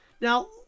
Now